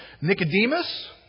nicodemus